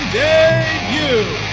debut